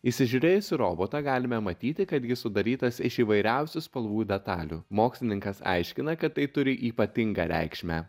įsižiūrėjusi į robotą galime matyti kad jis sudarytas iš įvairiausių spalvų detalių mokslininkas aiškina kad tai turi ypatingą reikšmę